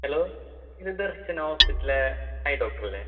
hello ഇത് ദർശന ഹോസ്പിറ്റലിലെ eye doctor അല്ലേ